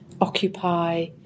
occupy